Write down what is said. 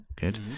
good